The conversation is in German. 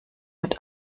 mit